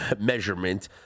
measurement